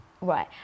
Right